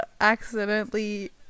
accidentally